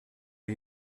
les